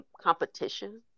competition